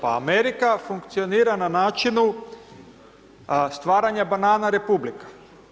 Pa Amerika funkcionira na načinu stvaranja banana republika.